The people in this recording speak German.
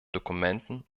dokumenten